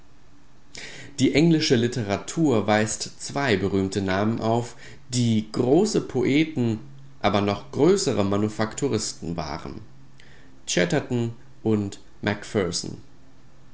die englische literatur weist zwei berühmte namen auf die große poeten aber noch größere manufakturisten waren chatterton und